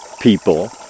people